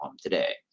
today